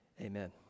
amen